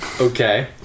Okay